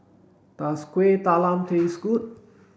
does Kueh Talam taste good